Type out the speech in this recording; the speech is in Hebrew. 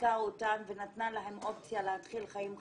חיזקה אותן ונתנה להן אופציה להתחיל חיים חדשים.